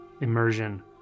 immersion